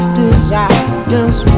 desires